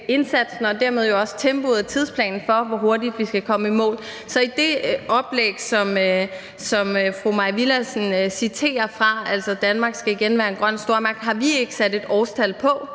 og dermed også tempoet og tidsplanen for, hvor hurtigt vi skal komme i mål. Så i det oplæg, som fru Mai Villadsen citerer fra, altså »Danmark skal igen være en grøn stormagt«, har vi ikke sat et årstal på,